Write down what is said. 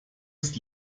ist